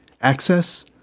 access